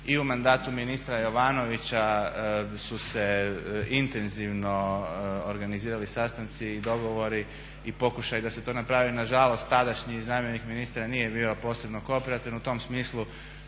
i u mandatu ministra Jovanovića su se intenzivno organizirali sastanci i dogovori i pokušaji da se to napravi. Nažalost tadašnji zamjenik ministra nije bio posebno kooperativan. U tom smislu